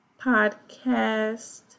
podcast